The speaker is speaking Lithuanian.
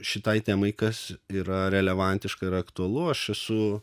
šitai temai kas yra relevantiška ir aktualu aš esu